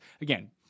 again